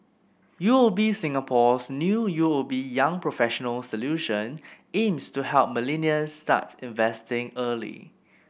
U O B Singapore's new U O B Young Professionals Solution aims to help millennials start investing early